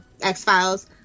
X-Files